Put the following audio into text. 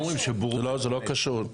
לפני שנעבור להצבעות,